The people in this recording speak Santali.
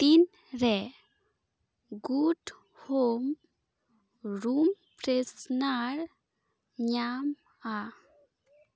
ᱛᱤᱱᱨᱮ ᱜᱩᱰ ᱦᱳᱢ ᱨᱩᱢ ᱯᱷᱮᱥᱱᱟᱨ ᱧᱟᱢᱚᱜᱼᱟ